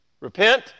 Repent